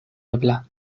ebla